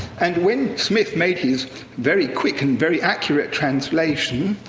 and when smith made his very quick and very accurate translation,